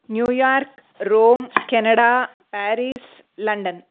New York Rome Canada Paris London